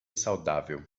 saudável